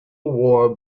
war